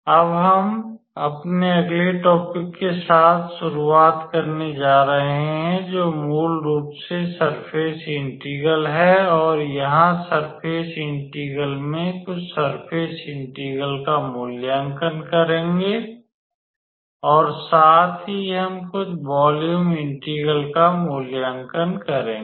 अब हम अपने अगले टॉपिक के साथ शुरुआत करने जा रहे हैं जो मूल रूप से सरफेस इंटेग्रलहै और यहाँ सरफेस इंटेग्रल में कुछ सरफेस इंटेग्रल का मूल्यांकन करेंगे और साथ ही हम कुछ वॉल्यूम इंटेग्रल का मूल्यांकन करेंगे